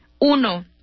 Uno